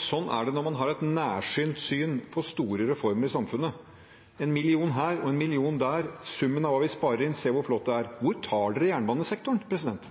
Sånn er det når man har et nærsynt syn på store reformer i samfunnet. En million her og en million der, summen er hva vi sparer inn, se hvor flott det er! Hvor tar